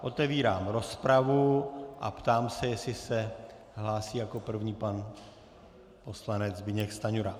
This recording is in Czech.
Otevírám rozpravu a ptám se, jestli se hlásí jako první pan poslanec Zbyněk Stanjura.